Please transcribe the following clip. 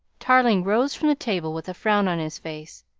tarling rose from the table with a frown on his face.